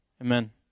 Amen